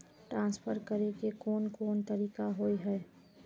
Transfer करे के कोन कोन तरीका होय है?